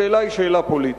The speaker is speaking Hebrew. השאלה היא שאלה פוליטית.